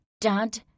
Dad